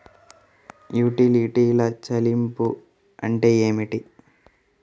యుటిలిటీల చెల్లింపు అంటే ఏమిటి?